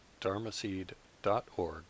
dharmaseed.org